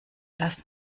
dass